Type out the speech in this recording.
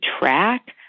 track